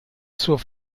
zur